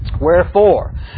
Wherefore